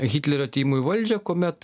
hitlerio atėjimu į valdžią kuomet